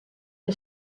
que